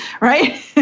right